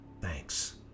Thanks